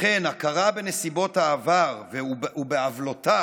לכן, הכרה בנסיבות העבר ובעוולותיו